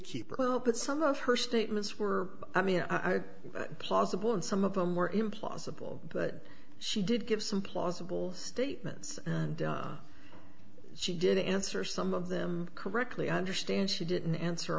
well but some of her statements were i mean i plausible and some of them were implausible but she did give some plausible statements and she did answer some of them correctly understand she didn't answer